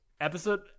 Episode